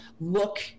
look